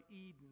Eden